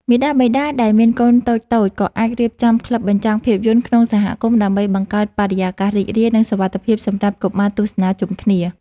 មាតាបិតាដែលមានកូនតូចៗ ក៏អាចរៀបចំក្លឹបបញ្ចាំងភាពយន្តក្នុងសហគមន៍ ដើម្បីបង្កើតបរិយាកាសរីករាយ និងសុវត្ថិភាពសម្រាប់កុមារទស្សនាជុំគ្នា។